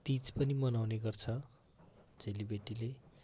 तिज पनि मनाउने गर्छ चेलीबेटीले